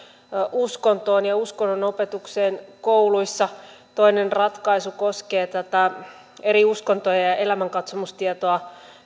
uskontoon ja uskonnonopetukseen kouluissa toinen ratkaisu koskee tätä että eri uskontoja ja ja elämänkatsomustietoa